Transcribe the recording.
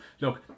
look